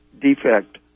defect